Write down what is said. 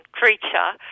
creature